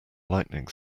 lightning